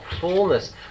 fullness